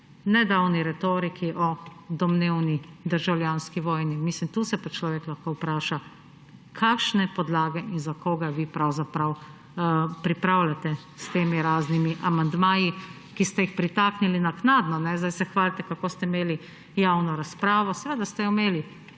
nedavni retoriki o domnevni državljanski vojni. Tukaj se pa človek lahko vpraša, kakšne podlage in za koga vi pravzaprav pripravljate s temi raznimi amandmaji, ki ste jih pritaknili naknadno. Sedaj se hvalite, kako ste imeli javno razpravo. Seveda ste jo imeli,